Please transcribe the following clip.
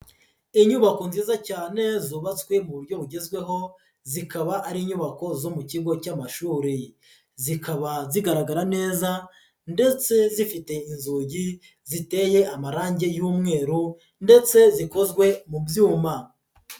Inyubako nziza cyane zubatswe mu buryo bugezweho, zikaba ari inyubako zo mu kigo cy'amashuri. Zikaba zigaragara neza ndetse zifite inzugi ziteye amarange y'umweru ndetse zikozwe mu byuma.